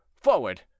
forward